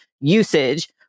usage